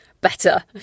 better